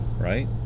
right